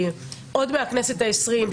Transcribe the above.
כי עוד מהכנסת ה-20,